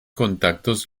contactos